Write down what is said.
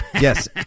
yes